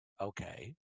Okay